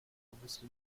wusste